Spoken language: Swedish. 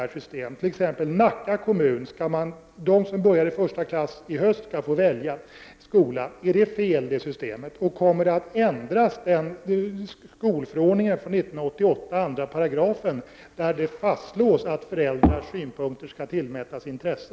I t.ex. Nacka kommun skall de som börjar i första klass i höst få välja skola. Är det systemet fel? Kommer 2 § i skolförordningen från 1988 att ändras, där det fastslås att föräldrarnas synpunkter skall tillmätas betydelse?